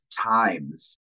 times